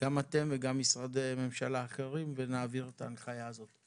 גם אתם וגם משרדי ממשלה אחרים ולהעביר את ההנחיה הזאת.